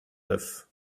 neuf